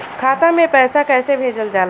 खाता में पैसा कैसे भेजल जाला?